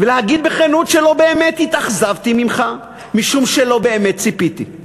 ולהגיד בכנות שלא באמת התאכזבתי ממך משום שלא באמת ציפיתי.